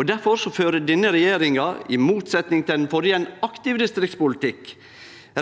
Difor fører denne regjeringa, i motsetnad til den førre, ein aktiv distriktspolitikk